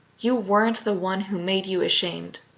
you weren't the one who made you ashamed,